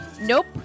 Nope